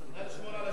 נא לשמור על השקט.